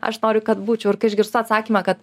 aš noriu kad būčiau ir kai išgirstu atsakymą kad